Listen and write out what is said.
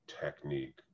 technique